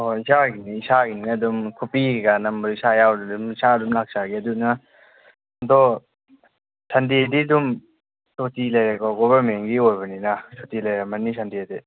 ꯏꯁꯥꯒꯤꯅꯤ ꯏꯁꯥꯒꯤꯅꯤ ꯑꯗꯨꯝ ꯈꯨꯕꯤ ꯀꯩꯀꯥ ꯅꯝꯕꯁꯤꯁꯨ ꯏꯁꯥ ꯌꯥꯎꯗ꯭ꯔꯗꯤ ꯑꯗꯨꯝ ꯏꯁꯥ ꯑꯗꯨꯝ ꯂꯥꯛꯆꯔꯒꯦ ꯑꯗꯨꯅ ꯑꯗꯣ ꯁꯟꯗꯦꯗꯤ ꯑꯗꯨꯝ ꯁꯨꯇꯤ ꯂꯩꯔꯦꯀꯣ ꯒꯣꯕꯔꯃꯦꯟꯒꯤ ꯑꯣꯏꯕꯅꯤꯅ ꯁꯨꯇꯤ ꯂꯩꯔꯝꯃꯅꯤ ꯁꯟꯗꯦꯗꯤ